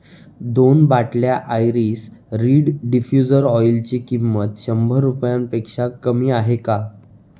दोन बाटल्या iris reed diffuser ऑइलची किंमत शंभर रुपयांपेक्षा कमी आहे का